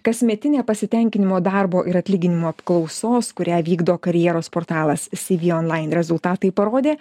kasmetinė pasitenkinimo darbo ir atlyginimo apklausos kurią vykdo karjeros portalas cv online rezultatai parodė